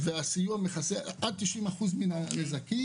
הסיוע יכסה עד 90% מן העלויות,